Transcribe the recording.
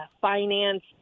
finance